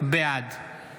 אינו נוכח